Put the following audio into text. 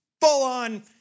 full-on